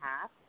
half